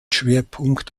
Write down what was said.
schwerpunkt